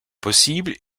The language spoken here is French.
possibles